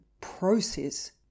process